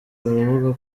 baravuga